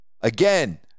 Again